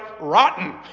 rotten